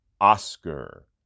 Oscar